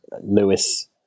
Lewis